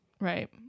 Right